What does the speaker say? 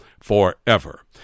forever